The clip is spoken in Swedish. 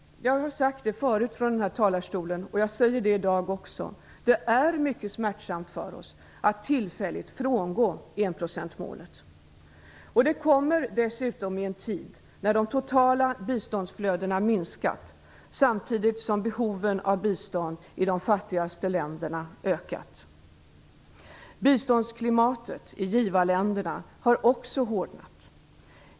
Jag har sagt förut i denna talarstol, men jag upprepar det i dag, att det är mycket smärtsamt för oss att tillfälligt frångå enprocentsmålet. Det kommer dessutom i en tid när de totala biståndsflödena minskat, samtidigt som behoven av bistånd i de fattigaste länderna ökat. Biståndsklimatet i givarländerna har också hårdnat.